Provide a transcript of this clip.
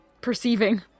perceiving